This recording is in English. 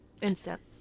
Instant